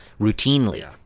routinely